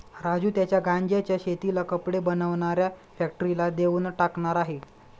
राजू त्याच्या गांज्याच्या शेतीला कपडे बनवणाऱ्या फॅक्टरीला देऊन टाकणार आहे